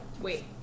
Wait